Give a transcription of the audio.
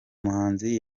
muhanzi